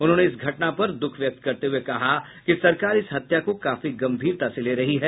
उन्होंने इस घटना पर दुख व्यक्त करते हुए कहा कि सरकार इस हत्या को काफी गंभीरता से ले रही है